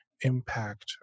impact